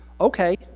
Okay